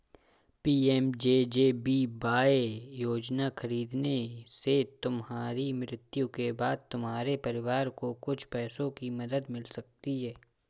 PMJJBY योजना खरीदने से तुम्हारी मृत्यु के बाद तुम्हारे परिवार को कुछ पैसों की मदद मिल सकती है